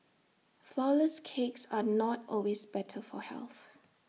Flourless Cakes are not always better for health